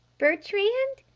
bertrand.